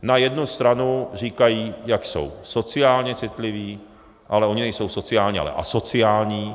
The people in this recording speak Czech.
Na jednu stranu říkají, jak jsou sociálně citliví, ale oni nejsou sociální, ale asociální.